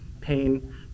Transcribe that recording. pain